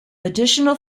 additional